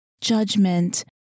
judgment